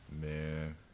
Man